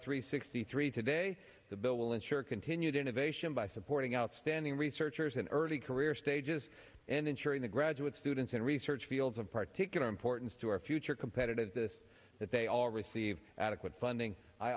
three sixty three today the bill will ensure continued innovation by supporting outstanding researchers in early career stages and ensuring the graduate students in research fields and particularly important to our future competitive this that they all receive adequate funding i